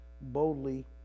boldly